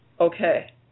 okay